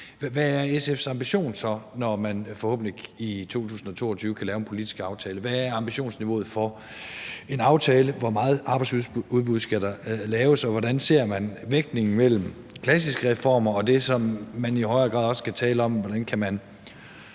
Hvad er SF's ambition så, når man forhåbentlig i 2022 kan lave en politisk aftale? Hvad er ambitionsniveauet for en aftale? Hvor meget arbejdsudbud skal der laves, og hvordan ser man vægtningen mellem klassiske reformer og det, som man i højere grad også skal tale om: